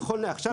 נכון לעכשיו,